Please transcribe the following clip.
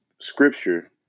scripture